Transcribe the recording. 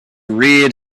reared